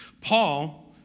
Paul